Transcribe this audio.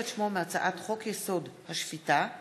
את שמו מהצעת חוק-יסוד: השפיטה (תיקון,